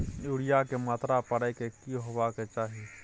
Urea के मात्रा परै के की होबाक चाही?